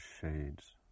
shades